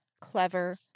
clever